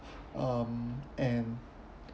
um and